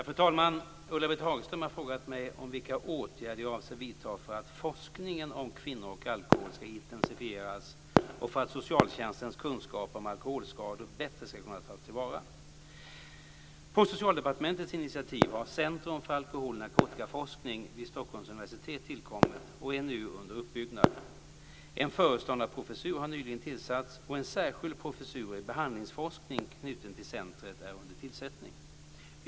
Fru talman! Ulla-Britt Hagström har frågat mig vilka åtgärder jag avser vidta för att forskningen om kvinnor och alkohol ska intensifieras och för att socialtjänstens kunskaper om alkoholskador bättre ska kunna tas till vara. På Socialdepartementets initiativ har Centrum för alkohol och narkotikaforskning vid Stockholms universitet tillkommit och är nu under uppbyggnad. En föreståndarprofessur har nyligen tillsatts och en särskild professur i behandlingsforskning knuten till centret är under tillsättning.